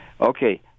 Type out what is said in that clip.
Okay